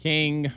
King